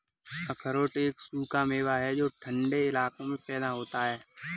अखरोट एक सूखा मेवा है जो ठन्डे इलाकों में पैदा होता है